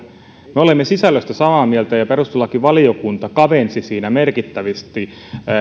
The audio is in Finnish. me olemme sisällöstä samaa mieltä ja siinä perustuslakivaliokunta kavensi merkittävästi